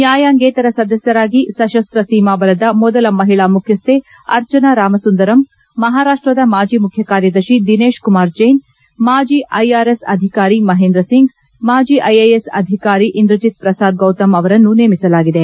ನ್ಯಾಯಾಂಗೇತರ ಸದಸ್ವರಾಗಿ ಸತಸ್ತ ಸೀಮಾಬಲದ ಮೊದಲ ಮಹಿಳಾ ಮುಖ್ಯಸ್ಹೆ ಅರ್ಚನಾ ರಾಮಸುಂದರಮ್ ಮಹಾರಾಷ್ಪದ ಮಾಜಿ ಮುಖ್ಯ ಕಾರ್ಯದರ್ಶಿ ದಿನೇಶ್ ಕುಮಾರ್ ಜೈನ್ ಮಾಜಿ ಐಆರ್ ಎಸ್ ಅಧಿಕಾರಿ ಮಹೇಂದರ್ ಸಿಂಗ್ ಮಾಜಿ ಐ ಎಸ್ ಅಧಿಕಾರಿ ಇಂದ್ರಜೀತ್ ಪ್ರಸಾದ್ ಗೌತಮ್ ಅವರನ್ನು ನೇಮಿಸಲಾಗಿದೆ